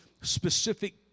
specific